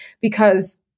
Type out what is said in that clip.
because-